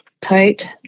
tight